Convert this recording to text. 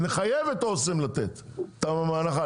נחייב את אסם לתת את ההנחה,